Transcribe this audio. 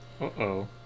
Uh-oh